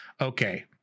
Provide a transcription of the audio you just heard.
Okay